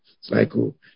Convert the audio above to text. cycle